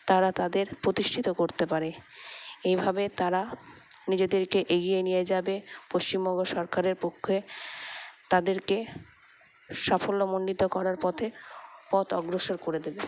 তারা তাদের প্রতিষ্ঠিত করতে পারে এইভাবে তারা নিজেদেরকে এগিয়ে নিয়ে যাবে পশ্চিমবঙ্গ সরকারের পক্ষে তাদেরকে সাফল্যমণ্ডিত করার পথে পথ অগ্রসর করে দেবে